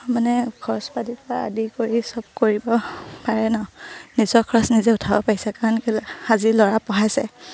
মানে খৰচ পাতিৰপৰা আদি কৰি চব কৰিব পাৰে ন নিজৰ খৰচ নিজে উঠাব পাৰিছে কাৰণ কেলৈ আজি ল'ৰা পঢ়াইছে